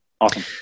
Awesome